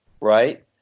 Right